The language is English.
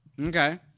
Okay